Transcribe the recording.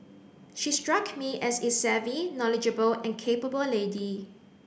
she struck me as a savvy knowledgeable and capable lady